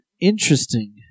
interesting